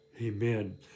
Amen